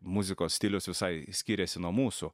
muzikos stilius visai skyrėsi nuo mūsų